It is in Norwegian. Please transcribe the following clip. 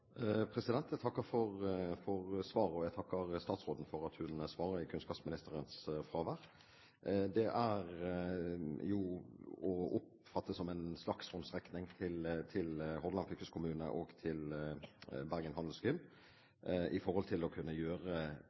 Jeg takker for svaret, og jeg takker statsråden for at hun svarer i kunnskapsministerens fravær. Dette er jo å oppfatte som en slags håndsrekning til Hordaland fylkeskommune og Bergen Handelsgymnasium for å kunne